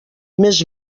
més